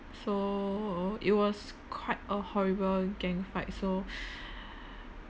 so it was quite a horrible gang fight so